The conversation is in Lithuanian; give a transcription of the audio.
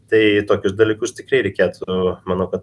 tai tokius dalykus tikrai reikėtų manau kad